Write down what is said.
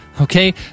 Okay